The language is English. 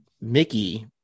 Mickey